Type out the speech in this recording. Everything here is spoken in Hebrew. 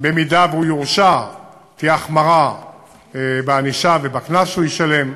הוא יורשע תהיה החמרה בענישה ובקנס שהוא ישלם.